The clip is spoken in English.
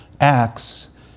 acts